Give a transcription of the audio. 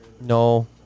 no